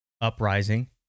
uprising